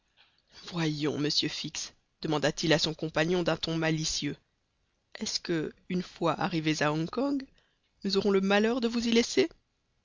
voyons monsieur fix demanda-t-il à son compagnon d'un ton malicieux est-ce que une fois arrivés à hong kong nous aurons le malheur de vous y laisser